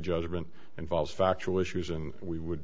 judgment involves factual issues and we would